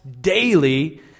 daily